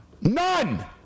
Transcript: None